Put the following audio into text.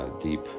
deep